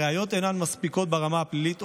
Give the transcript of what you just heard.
הראיות אינן מספיקות ברמה הפלילית,